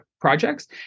projects